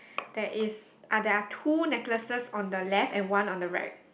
there is uh there are two necklaces on the left and one on the right